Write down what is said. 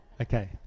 Okay